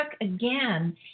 again